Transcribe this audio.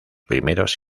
primeros